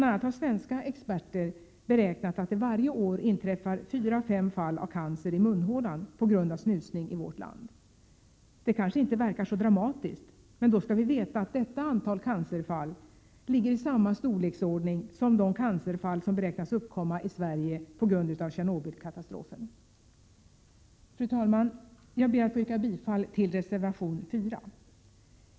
a. har svenska experter beräknat att det varje år i vårt land inträffar fyra fem fall av cancer i munhålan på grund av snusning. Det kanske inte verkar så dramatiskt, men detta antal cancerfall ligger i samma storleksordning som de cancerfall som beräknas uppkomma i Sverige på grund av Tjernobylkatastrofen! Fru talman! Jag ber att få yrka bifall till reservation 4.